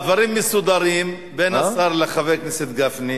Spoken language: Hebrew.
הדברים מסודרים בין השר לחבר הכנסת גפני.